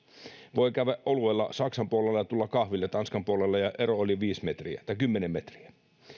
voi käydä oluella saksan puolella ja tulla kahville tanskan puolelle ja ero oli kymmenen metriä